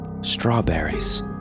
Strawberries